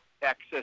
texas